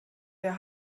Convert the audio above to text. der